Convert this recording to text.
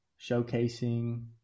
showcasing